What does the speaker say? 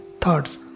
thoughts